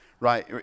right